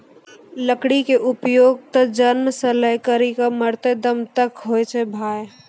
लकड़ी के उपयोग त जन्म सॅ लै करिकॅ मरते दम तक पर होय छै भाय